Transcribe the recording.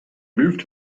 moved